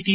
T